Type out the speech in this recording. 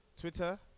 Twitter